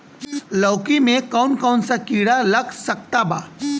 लौकी मे कौन कौन सा कीड़ा लग सकता बा?